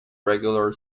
regular